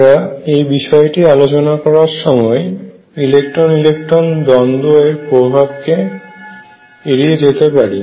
আমরা এই বিষয়টির আলোচনা করার সময় ইলেকট্রন ইলেকট্রন দ্বন্দ্ব এর প্রভাব কে এড়িয়ে যেতে পারি